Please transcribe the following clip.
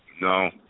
No